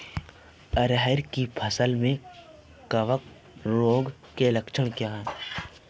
अरहर की फसल में कवक रोग के लक्षण क्या है?